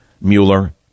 Mueller